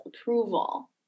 approval